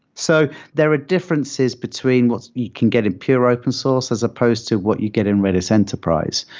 so there are differences between what you can get in pure open source as supposed to what you get in redis enterprise.